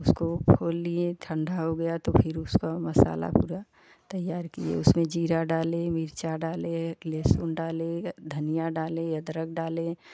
उसको खोल लिए ठंडा हो गया तो फिर उसको माशाला पूरा तैयार किये उसमे जीरा डाले मिर्चा डाले एक लेहसून डाले धनिया डाले अदरक डाले